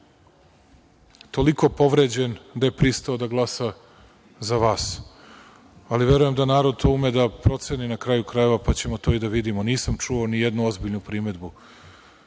toliko povređen da je pristao da glasa za vas. Ali, verujem da narod to ume da proceni, na kraju krajeva, pa ćemo to i da vidimo. Nisam čuo nijednu ozbiljnu